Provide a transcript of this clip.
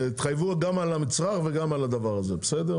תחייבו גם על המצרך, וגם על הדבר הזה בסדר?